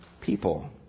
people